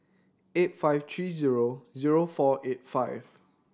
eight five three zero zero four eight five